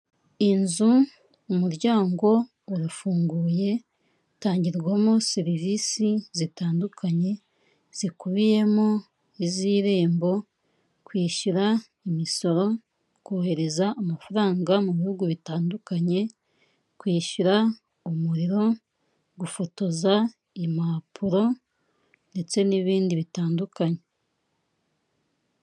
Inzu umuryango urafunguye utangirwamo serivisi zitandukanye zikubiyemo iz'irembo kwishyura imisoro kohereza amafaranga mu bihugu bitandukanye kwishyura umuriro gufotoza impapuro ndetse n'ibindi bitandukanye.